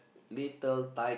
little Thai